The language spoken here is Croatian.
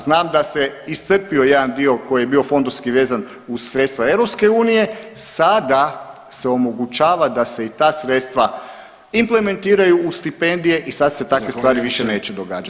Znam da se iscrpljuje jedan dio koji je bio fondovski vezan uz sredstva EU, sada se omogućava da se i ta sredstva implementiraju u stipendije i sad se takve stvari više neće ... [[Upadica se ne čuje.]] događati.